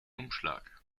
umschlag